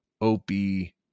opie